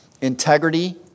integrity